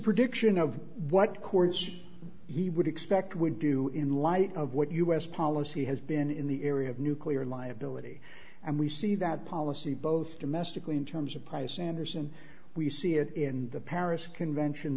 prediction of what course he would expect would do in light of what u s policy has been in the area of nuclear liability and we see that policy both domestically in terms of price anderson we see it in the paris convention